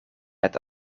het